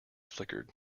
flickered